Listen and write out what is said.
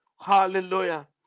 Hallelujah